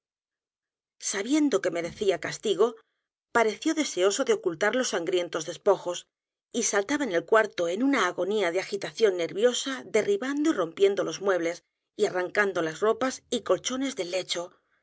sabiendo que merecía castigo pareció deseoso de ocultar los sangrientos despojos y saltaba en el cuarto en una agonía de agitación nerviosa derribando y rompiendo los muebles y arrancando las ropas y colchones del lecho